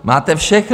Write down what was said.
Máte všechno.